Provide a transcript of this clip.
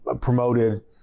promoted